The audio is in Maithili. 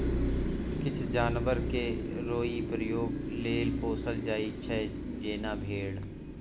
किछ जानबर केँ रोइयाँ प्रयोग लेल पोसल जाइ छै जेना भेड़